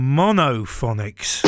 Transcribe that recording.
monophonics